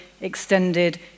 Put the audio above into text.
extended